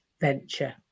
Venture